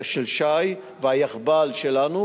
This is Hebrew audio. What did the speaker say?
של ש"י והיאחב"ל שלנו,